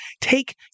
take